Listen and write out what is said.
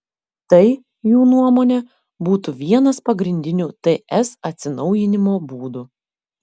tai jų nuomone būtų vienas pagrindinių ts atsinaujinimo būdų